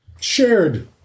shared